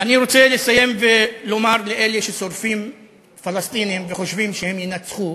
אני רוצה לסיים ולומר לאלה ששורפים פלסטינים וחושבים שהם ינצחו